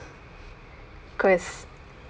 cause